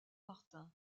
martin